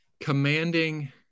commanding